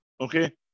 okay